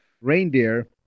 Reindeer